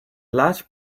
large